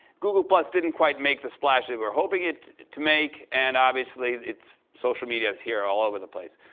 google plus didn't quite make the splash they were hoping it to make, and obviously, it's social media's here all over the place.